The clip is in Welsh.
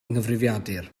nghyfrifiadur